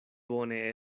bone